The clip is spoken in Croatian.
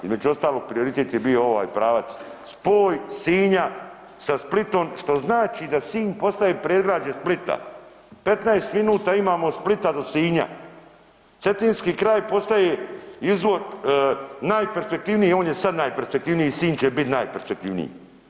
Između ostalog prioritet je bio ovaj pravac spoj Sinja sa Splitom, što znači da Sinj postaje predgrađe Splita, 15 minuta imamo od Splita do Sinja, Cetinski kraj postaje izvor najperspektivniji, on je sad najperspektivniji, Sinj će bit najperspektivniji.